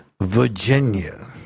virginia